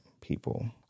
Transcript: people